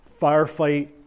firefight